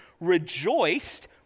rejoiced